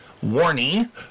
Warning